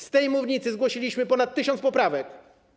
Z tej mównicy zgłosiliśmy ponad 1 tys. poprawek.